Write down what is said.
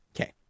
Okay